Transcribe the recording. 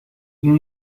این